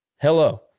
hello